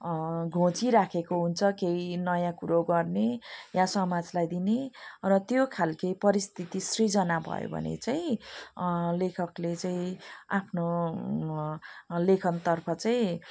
घोचिराखेको हुन्छ केही नयाँ कुरो गर्ने या समाजलाई दिने र त्यो खालको परिस्थिति सृजना भयो भने चाहिँ लेखकले चाहिँ आफ्नो लेखनतर्फ चाहिँ